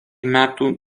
metų